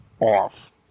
off